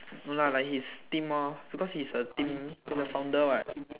no lah like his team lor because he's a team he's a founder [what]